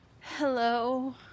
Hello